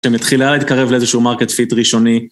חצי